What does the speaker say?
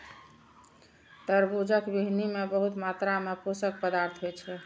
तरबूजक बीहनि मे बहुत मात्रा मे पोषक पदार्थ होइ छै